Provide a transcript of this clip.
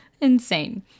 insane